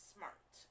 Smart